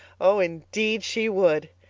oh, indeed she would!